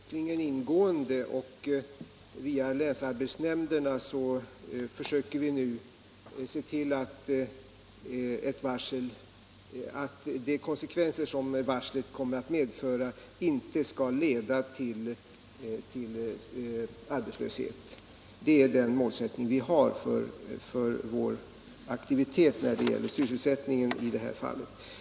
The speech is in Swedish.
Herr talman! Som svar på den frågan vill jag säga att vi följer utvecklingen ingående och via länsarbetsnämnderna försöker se till att de konsekvenser som varslen kommer att medföra inte skall leda till arbetslöshet. Det är en målsättning vi har för vår aktivitet när det gäller sysselsättningen i det här samhället.